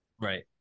Right